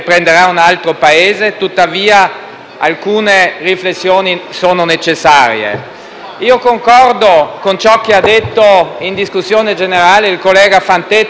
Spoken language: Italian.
alcune riflessioni sono necessarie. Concordo con ciò che ha detto in discussione generale il collega Fantetti per quanto riguarda l'entrata